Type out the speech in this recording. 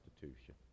Constitution